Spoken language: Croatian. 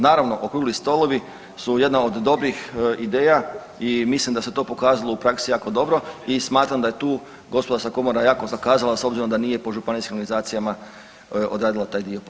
Naravno okrugli stolovi su jedna od dobrih ideja i mislim da se to pokazalo u praksi jako dobro i smatram da je tu gospodarska komora jako zakazala s obzirom da nije po županijskim organizacijama odradila taj dio posla.